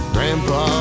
Grandpa